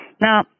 Now